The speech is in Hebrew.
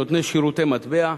נותני שירותי מטבע,